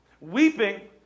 Weeping